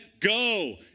go